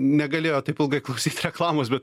negalėjo taip ilgai klausyt reklamos bet